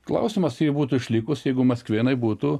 klausimas jei būtų išlikusi jeigu maskvėnai būtų